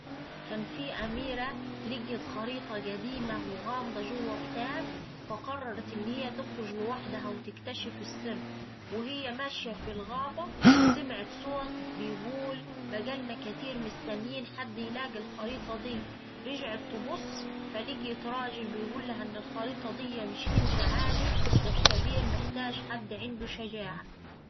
كان فيه أميرة لقيت خريطة قديمة وغامضة جوا كتاب فقررت إن هيه تخرج لوحدها وتكتشف السر. وهي ماشية في الغابة سمعت صوت بيقول "بقالنا كتير مستنيين حد يلاقي الخريطة دي". رجعت تبص فلقيت راجل بيقولها إن الخريطة دي مش كنز عادي دا سر كبير محتاج حد عنده شجاعة.